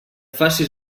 facis